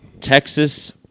Texas